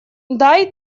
дай